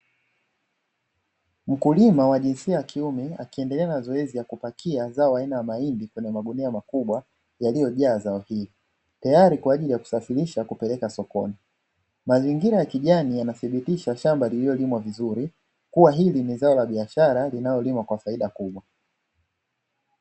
Mkulima wa jinsia ya kiume akiendelea na zoezi la kupakia zao aina ya mahindi kwenye magunia makubwa yaliyojaza tayari kwa ajili ya kusafirisha kupeleka sokoni. Mazingira ya kijani yanathibitisha shamba lililolimwa vizuri kuwa hili ni zao la biashara linalolimwa kwa faida kubwa.